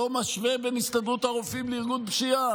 לא משווה בין הסתדרות הרופאים לארגון פשיעה,